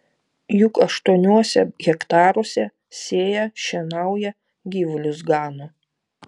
juk aštuoniuose hektaruose sėja šienauja gyvulius gano